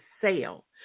sale